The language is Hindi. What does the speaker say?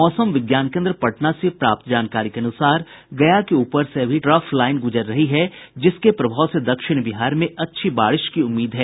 मौसम विज्ञान केन्द्र पटना से प्राप्त जानकारी के अनुसार गया के ऊपर से अभी टर्फ लाईन गुजर रही जिसके प्रभाव से दक्षिण बिहार में अच्छी बारिश की उम्मीद है